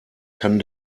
kann